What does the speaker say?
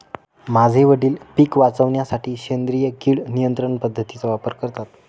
माझे वडील पिक वाचवण्यासाठी सेंद्रिय किड नियंत्रण पद्धतीचा वापर करतात